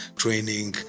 training